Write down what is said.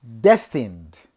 destined